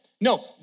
No